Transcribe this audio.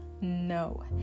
No